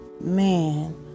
man